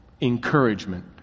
encouragement